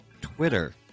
Twitter